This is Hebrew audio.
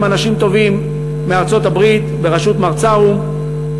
עם אנשים טובים מארצות-הברית בראשות מר צארום,